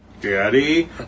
Daddy